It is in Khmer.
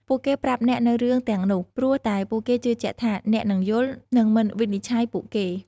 ពួកគេប្រាប់អ្នកនូវរឿងទាំងនោះព្រោះតែពួកគេជឿជាក់ថា អ្នកនឹងយល់ និងមិនវិនិច្ឆ័យពួកគេ។